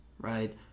right